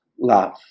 love